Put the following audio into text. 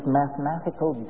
mathematical